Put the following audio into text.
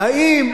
האם,